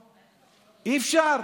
אי-אפשר,